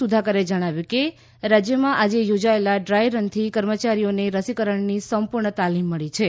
સુધાકરે જણાવ્યું કે રાજ્યમાં આજે યોજાયેલા ડ્રાય રનથી કર્મચારીઓને રસીકરણની સંપૂર્ણ તાલીમ મળી છે